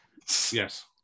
Yes